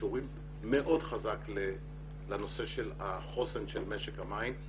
קשורים מאוד חזק לנושא של החוסן של משק המים.